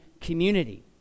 community